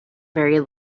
very